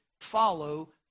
Follow